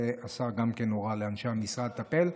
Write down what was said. והשר גם כן הורה לאנשי המשרד לטפל.